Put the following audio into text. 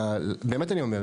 באמת אני אומר,